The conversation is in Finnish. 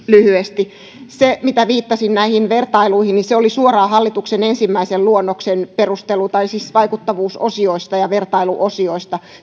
lyhyesti se mitä viittasin näihin vertailuihin irtisanomissuojan tiukkuudesta tai ohuudesta suhteessa muihin oli suoraan hallituksen ensimmäisen luonnoksen vaikuttavuusosioista ja vertailuosioista